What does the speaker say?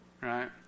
Right